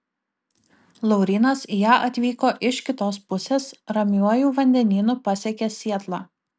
laurynas į ją atvyko iš kitos pusės ramiuoju vandenynu pasiekė sietlą